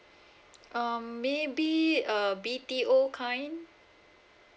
um maybe a B_T_O kind